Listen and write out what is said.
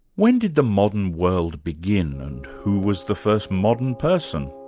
when did the modern world begin and who was the first modern person?